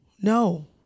no